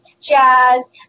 jazz